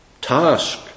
task